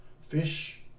fish